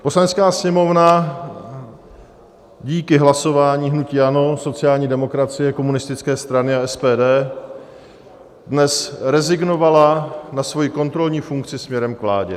Poslanecká sněmovna díky hlasování hnutí ANO, sociální demokracie, komunistické strany a SPD dnes rezignovala na svoji kontrolní funkci směrem k vládě.